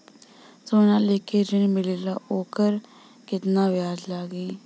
सोना लेके ऋण मिलेला वोकर केतना ब्याज लागी?